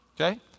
Okay